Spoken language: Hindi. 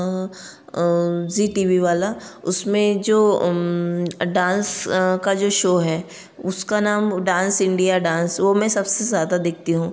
ज़ी टी वी वाला उसमें जो डांस का जो शो है उसका नाम डांस इंडिया डांस वह मैं सबसे ज़्यादा देखती हूँ